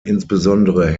insbesondere